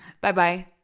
Bye-bye